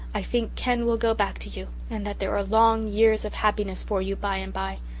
i think ken will go back to you and that there are long years of happiness for you by-and-by.